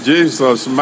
Jesus